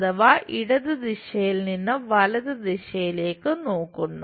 അഥവാ ഇടത് ദിശയിൽ നിന്ന് വലത് ദിശയിലേക്ക് നോക്കുന്നു